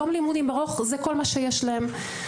יום לימודים ארוך זה כל מה שיש להם.